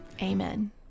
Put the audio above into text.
Amen